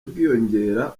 bwiyongera